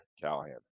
Callahan